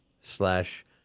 slash